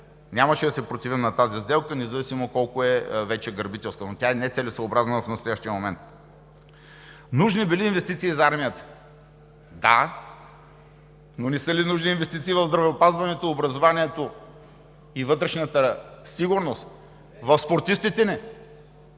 нямаше да се противим на тази сделка, независимо колко е грабителска, но тя е нецелесъобразна в настоящия момент. Нужни били инвестиции за армията. Да, но не са ли нужни инвестиции в здравеопазването, образованието, във вътрешната сигурност, в спортистите ни?